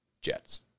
Jets